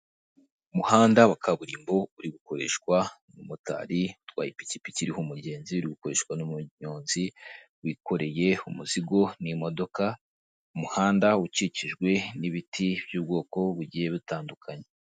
Umuhanda wa kaburimbo uri gukoreshwa, umumotari utwaye ipikipiki iriho umugenzi, uri gukoreshwa n'umuyonzi wikoreye umuzigo n'imodoka, umuhanda ukikijwe n'ibiti by'ubwoko bugiye butandukanye.